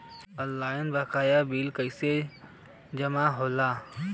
Online बकाया bill कैसे जमा होला?